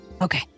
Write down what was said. Okay